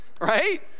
Right